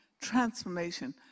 transformation